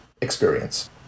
experience